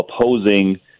opposing